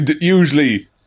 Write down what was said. usually